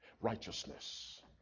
righteousness